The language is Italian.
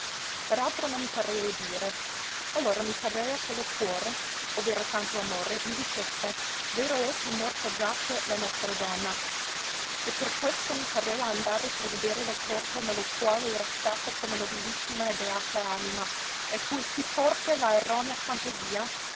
altro non mi parea udire allora mi parea che lo cuore ove era tanto amore mi dicesse vero è che morta giace la nostra donna e per questo mi parea andare per vedere lo corpo ne lo quale era stata quella nobilissima e beata anima e fue sì forte la erronea fantasia